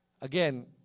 Again